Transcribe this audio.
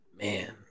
man